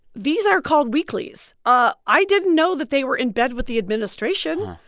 these are called weeklies. ah i didn't know that they were in bed with the administration.